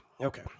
Okay